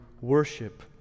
worship